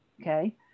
Okay